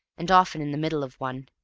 and often in the middle of one.